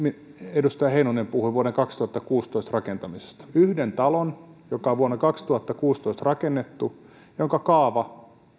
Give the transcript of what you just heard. edustaja heinonen puhui vuoden kaksituhattakuusitoista rakentamisesta yhden talon joka on vuonna kaksituhattakuusitoista rakennettu ja jonka kaavaa